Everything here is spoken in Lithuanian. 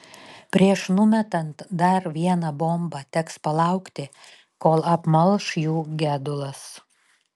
prieš numetant dar vieną bombą teks palaukti kol apmalš jų gedulas